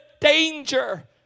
danger